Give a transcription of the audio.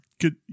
good